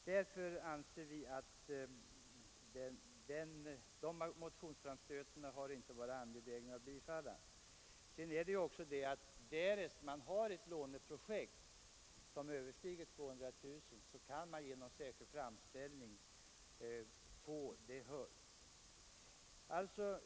Därför har vi inte ansett det vara angeläget att tillstyrka dessa motionskrav. Dessutom är det så att om man har ett låneprojekt som överstiger 200 000 kronor kan man genom särskild framställning få beloppet höjt.